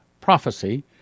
prophecy